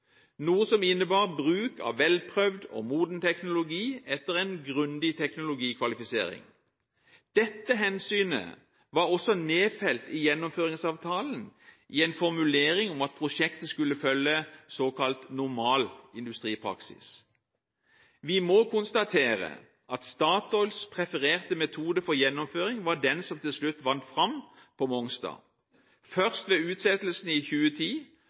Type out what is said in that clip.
noe som innebar bruk av velprøvd og moden teknologi etter en grundig teknologikvalifisering. Dette hensynet var også nedfelt i Gjennomføringsavtalen i en formulering om at prosjektet skulle følge såkalt normal industripraksis. Vi må konstatere at Statoils prefererte metode for gjennomføring var den som til slutt vant fram på Mongstad – først ved utsettelsen i 2010